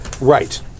Right